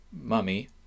mummy